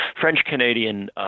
French-Canadian